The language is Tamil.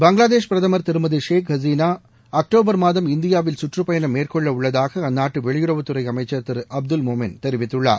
பங்களாதேஷ் பிரதமர் திருமதி ஷேக் ஹசினா அக்டோபர் மாதம் இந்தியாவில் சுற்றுப் பயணம் மேற்கொள்ள உள்ளதாக அந்நாட்டு வெளியுறவுத்துறை அமைச்சர் திரு அப்துல் மோமென் தெரிவித்துள்ளார்